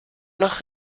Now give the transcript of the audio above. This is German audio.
noch